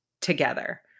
together